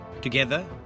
Together